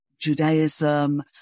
Judaism